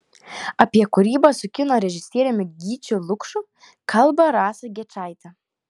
apie kūrybą su kino režisieriumi gyčiu lukšu kalba rasa gečaitė